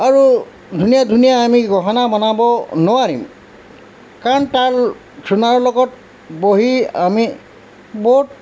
আৰু ধুনীয়া ধুনীয়া আমি গহনা বনাব নোৱাৰিম কাৰণ তাৰ সোণাৰৰ লগত বহি আমি বহুত